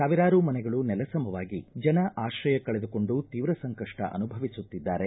ಸಾವಿರಾರು ಮನೆಗಳು ನೆಲ ಸಮವಾಗಿ ಜನ ಆಶ್ರಯ ಕಳೆದುಕೊಂಡು ತೀವ್ರ ಸಂಕಷ್ಟ ಅನುಭವಿಸುತ್ತಿದ್ದಾರೆ